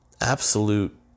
absolute